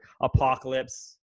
Apocalypse